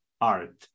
Art